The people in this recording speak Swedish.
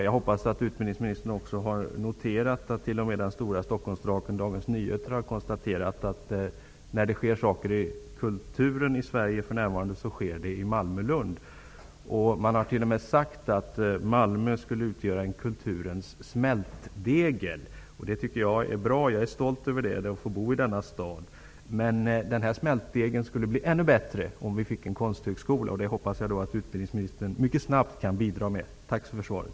Jag hoppas att utbildningsministern också har noterat att t.o.m. den stora Stockholmsdraken Dagens Nyheter har konstaterat att när det sker saker i kulturen i Sverige för närvarande så sker det i Man har t.o.m. sagt att Malmö skulle utgöra en kulturens smältdegel, och det tycker jag är bra. Jag är stolt över att få bo i denna stad. Men den här smältdegeln skulle bli ännu bättre, om vi fick en konsthögskola, och det hoppas jag att utbildningsministern mycket snabbt kan bidra med. Tack för svaret!